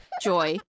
Joy